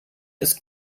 ist